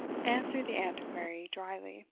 answered the antiquary, drily.